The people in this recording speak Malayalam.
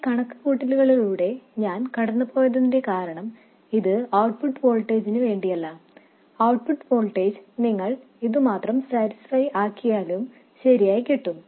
ഈ കണക്കുകൂട്ടലുകളിലൂടെ ഞാൻ കടന്നുപോയതിന്റെ കാരണം ഇത് ഔട്ട്പുട്ട് വോൾട്ടേജിന് വേണ്ടിയല്ല ഔട്ട്പുട്ട് വോൾട്ടേജ് നിങ്ങൾ ഇതുമാത്രം നിറവേറ്റിയാലും ശരിയായി കിട്ടും